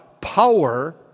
power